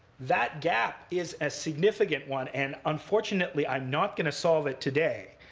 that gap is a significant one. and unfortunately i'm not going to solve it today.